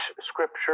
Scripture